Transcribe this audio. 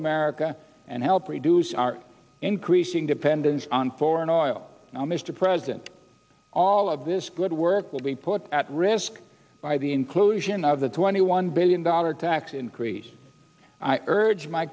america and help reduce our increasing dependence on foreign oil now mr president all of this good work will be put at risk by the inclusion of the twenty one billion dollar tax increase i urge my